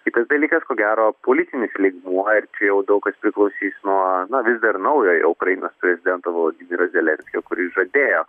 kitas dalykas ko gero politinis lygmuo ir čia jau daug kas priklausys nuo na vis dar naujojo ukrainos prezidento volodimiro zelenskio kuris žadėjo